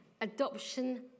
adoption